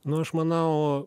nu aš manau